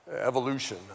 evolution